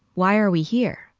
why are we here?